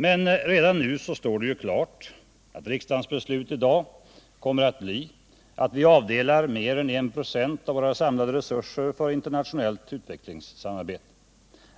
Men redan nu står det klart att riksdagens beslut i dag kommer att bli att vi avdelar mer än 1 96 av våra samlade resurser för internationellt utvecklingssamarbete,